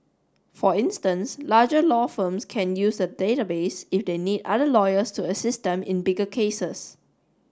for instance larger law firms can use the database if they need other lawyers to assist them in bigger cases